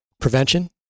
prevention